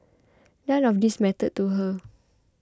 none of these mattered to her